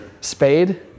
Spade